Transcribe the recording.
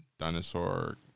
Dinosaur